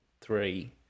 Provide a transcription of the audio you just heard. three